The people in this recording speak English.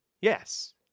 Yes